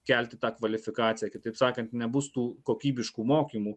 kelti tą kvalifikaciją kitaip sakant nebus tų kokybiškų mokymų